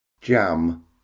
jam